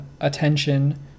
attention